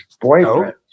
boyfriend